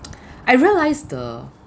I realized the